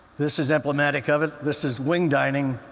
this is emblematic of it this is wing dining,